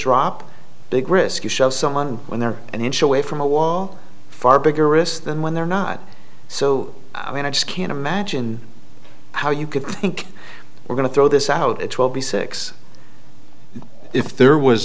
drop big risk you shove someone when they're an inch away from a wall far bigger risks than when they're not so i mean i just can't imagine how you could think we're going to throw this out at twelve be six if there was